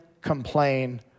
complain